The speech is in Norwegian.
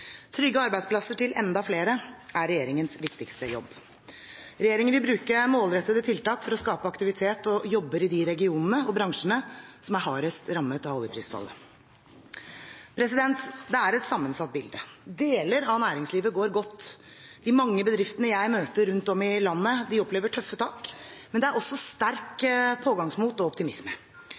Trygge arbeidsplasser til enda flere er regjeringens viktigste jobb. Regjeringen vil bruke målrettede tiltak for å skape aktivitet og jobber i de regionene og bransjene som er hardest rammet av oljeprisfallet. Det er et sammensatt bilde. Deler av næringslivet går godt. De mange bedriftene jeg møter rundt om i landet, opplever tøffe tak, men det er også et sterkt pågangsmot og optimisme.